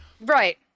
Right